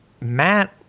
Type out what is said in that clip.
Matt